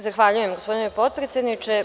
Zahvaljujem gospodine potpredsedniče.